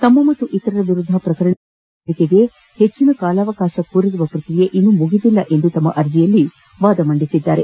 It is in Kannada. ತಮ್ಮ ಮತ್ತು ಇತರರ ವಿರುದ್ದ ಪ್ರಕರಣ ಸಂಬಂಧ ಆರೋಪ ಪಟ್ಟಿ ಸಲ್ಲಿಕೆಗೆ ಹೆಚ್ಚಿನ ಕಾಲಾವಕಾಶ ಕೋರಿರುವ ಪ್ರಕ್ರಿಯೆ ಇನ್ನೂ ಮುಗಿದಿಲ್ಲ ಎಂದು ತಮ್ಮ ಅರ್ಜಿಯಲ್ಲಿ ವಾದಿಸಿದ್ದಾರೆ